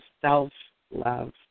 self-love